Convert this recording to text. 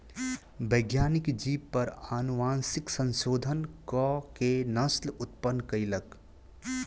वैज्ञानिक जीव पर अनुवांशिक संशोधन कअ के नस्ल उत्पन्न कयलक